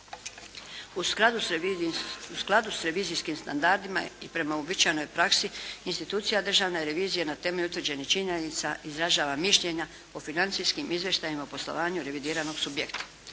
U skladu s revizijskim standardima i prema uobičajenoj praksi institucija Državne revizije na temelju utvrđenih činjenica izražava mišljenja o financijskim izvještajima o poslovanju revidiranog subjekta.